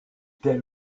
tel